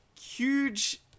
huge